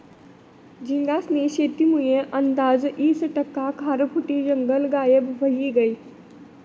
झींगास्नी शेतीमुये आंदाज ईस टक्का खारफुटी जंगल गायब व्हयी गयं